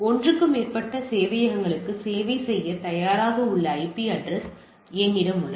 ஒன்றுக்கு மேற்பட்ட சேவையகங்களுக்கு சேவை செய்யத் தயாராக உள்ள ஐபி அட்ரஸ் என்னிடம் உள்ளது